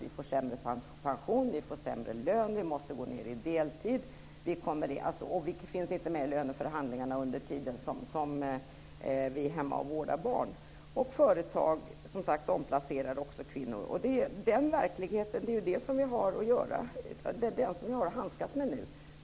Vi får sämre pension. Vi får sämre lön. Vi måste gå ned till deltid. Vi finns inte med i löneförhandlingarna under den tid som vi är hemma och vårdar barn. Företag omplacerar också dessa kvinnor. Det är den verkligheten vi har att handskas med nu.